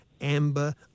Amber